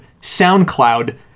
SoundCloud